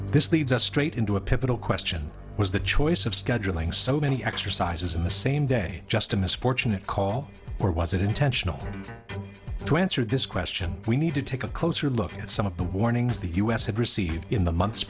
this leads us straight into a pivotal question was the choice of scheduling so many exercises in the same day just a misfortunate call or was it intentional to answer this question we need to take a closer look at some of the warnings the u s had received in the months